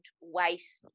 waste